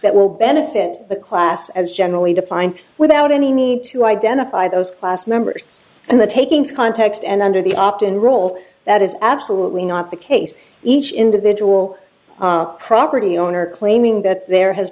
that will benefit the class as generally defined without any need to identify those class members in the takings context and under the opt in role that is absolutely not the case each individual property owner claiming that there has